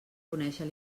conèixer